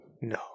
No